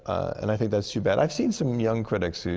and i think that's too bad. i've seen some young critics, yeah